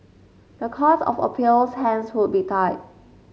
the Court of Appeal's hands would be tied